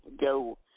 go